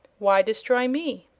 why destroy me?